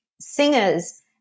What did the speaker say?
singers